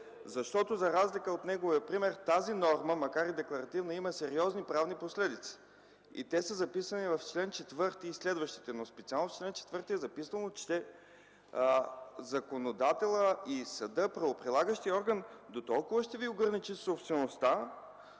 Защото за разлика от неговия пример тази норма, макар и декларативна има серозни правни последици и те са записани в чл. 4 и следващите, но специално в чл. 4 е записано, че законодателят и съдът – правоприлагащият орган, дотолкова ще Ви ограничи собствеността,